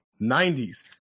90s